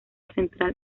central